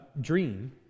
dream